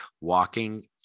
walking